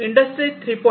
industry 3